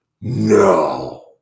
No